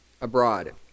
abroad